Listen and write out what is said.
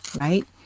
right